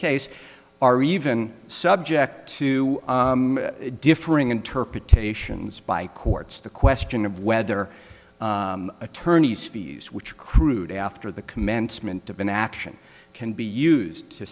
case are even subject to differing interpretations by courts the question of whether attorneys fees which crude after the commencement of an action can be used to